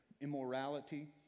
immorality